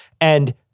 And-